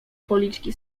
policzki